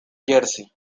jersey